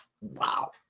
Wow